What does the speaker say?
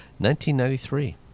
1993